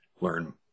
learn